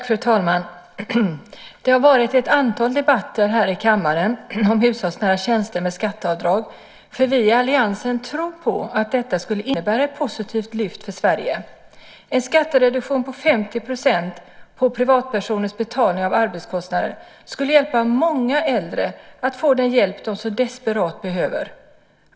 Fru talman! Det har varit ett antal debatter här i kammaren om hushållsnära tjänster med skatteavdrag. Vi i alliansen tror att det skulle innebära ett positivt lyft för Sverige. En skattereduktion på 50 % på privatpersoners betalning av arbetskostnaden skulle hjälpa många äldre att få den hjälp de så desperat behöver.